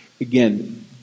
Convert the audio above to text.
again